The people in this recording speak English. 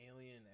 alien